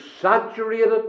saturated